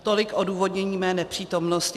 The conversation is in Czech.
Tolik odůvodnění mé nepřítomnost.